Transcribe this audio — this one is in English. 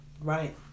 Right